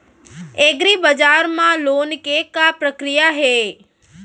एग्रीबजार मा लोन के का प्रक्रिया हे?